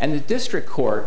and the district court